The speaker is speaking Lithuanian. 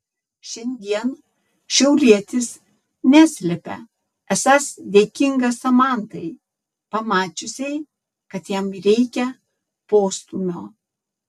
šiandien šiaulietis neslepia esąs dėkingas samantai pamačiusiai kad jam reikia postūmio